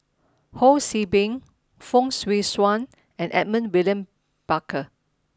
Ho See Beng Fong Swee Suan and Edmund William Barker